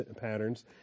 patterns